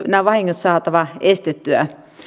nämä vahingot olisi saatava estettyä